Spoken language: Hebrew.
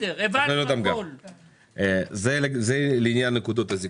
זה לעניין נקודות הזיכוי.